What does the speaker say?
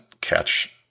catch